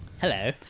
Hello